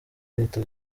leta